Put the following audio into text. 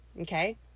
okay